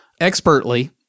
expertly